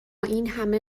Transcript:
اینهمه